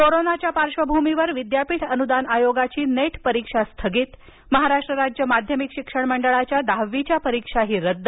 कोरोनाच्या पार्श्वभूमीवर विद्यापीठ अनुदान आयोगाची नेट स्थगित महाराष्ट्र राज्य माध्यमिक शिक्षण मंडळाच्या दहावीच्या परीक्षाही रद्द